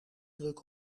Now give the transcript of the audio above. druk